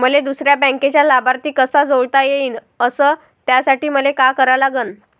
मले दुसऱ्या बँकेचा लाभार्थी कसा जोडता येईन, अस त्यासाठी मले का करा लागन?